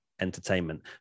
entertainment